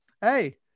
Hey